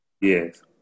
Yes